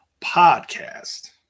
Podcast